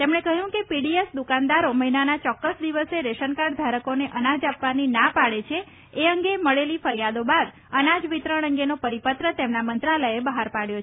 તેમણે કહ્યું કે પીડીએસ દુકાનદારો મહિનાના ચોક્કસ દિવસે રેશનકાર્ડ ધારકોને અનાજ આપવાની ના પાડે છે એ અંગે મળેલી ફરિયાદો બાદ અનાજ વિતરણ અંગેનો પરિપત્ર તેમના મંત્રાલયે બહાર પાડ્યો છે